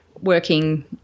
working